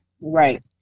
right